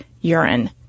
urine